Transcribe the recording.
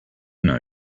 know